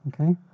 Okay